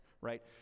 right